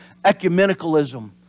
ecumenicalism